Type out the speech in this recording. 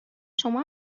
شما